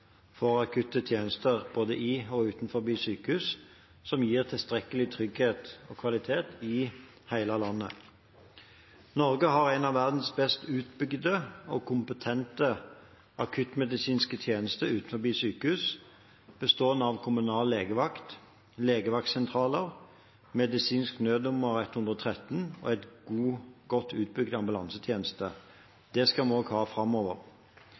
for akutte tjenester både i og utenfor sykehus, som gir tilstrekkelig trygghet og kvalitet i hele landet. Norge har en av verdens best utbygde og kompetente akuttmedisinske tjenester utenfor sykehus, bestående av kommunal legevakt, legevaktsentraler, medisinsk nødnummer 113 og en godt utbygd ambulansetjeneste. Det skal vi ha også framover.